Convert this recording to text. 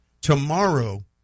Tomorrow